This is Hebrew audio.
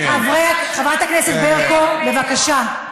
חברת הכנסת ברקו, בבקשה.